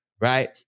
right